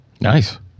Nice